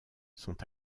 sont